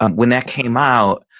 um when that came out,